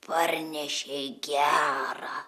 parnešei gerą